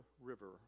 river